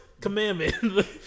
commandment